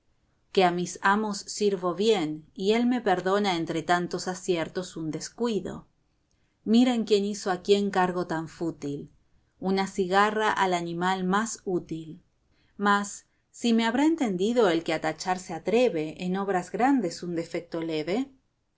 que a mi amo sirvo bien y él me perdona entre tantos aciertos un descuido miren quién hizo a quién cargo tan fútil una cigarra al animal más útil mas si me habrá entendido el que a tachar se atreve en obras grandes un defecto leve